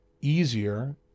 easier